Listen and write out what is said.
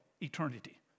eternity